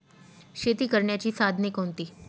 शेती करण्याची साधने कोणती?